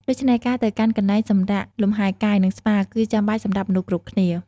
ដូច្នេះ ការទៅកាន់កន្លែងសម្រាកលំហែកាយ និងស្ប៉ាគឺចាំបាច់សម្រាប់មនុស្សគ្រប់គ្នា។